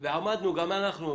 ועמדנו גם אנחנו,